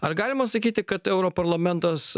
ar galima sakyti kad europarlamentas